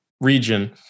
region